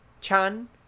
Chan